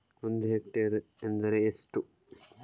ಒಂದು ಹೆಕ್ಟೇರ್ ಎಂದರೆ ಎಷ್ಟು?